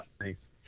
Nice